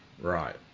Right